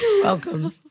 welcome